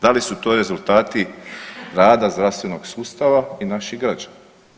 Da li su to rezultati rada zdravstvenog sustava i naših građana?